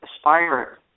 Aspire